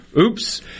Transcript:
Oops